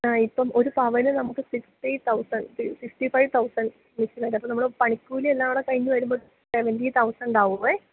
ആ ഇപ്പം ഒരു പവന് നമുക്ക് sixty thousand sixty five thousand ബേസിലുണ്ട് അപ്പോൾ നമ്മൾ പണിക്കൂലി എല്ലാം കൂടെ കഴിഞ്ഞ് വരുമ്പം സെവൻറ്റി തൗസണ്ട് ആകുമേ